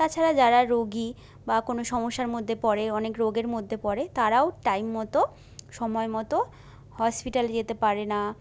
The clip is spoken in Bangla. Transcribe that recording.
তাছাড়া যারা রোগি বা কোনো সমস্যার মধ্যে পড়ে অনেক রোগের মধ্যে পড়ে তারাও টাইম মতো সময় মতো হসপিটালে যেতে পারে না